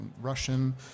Russian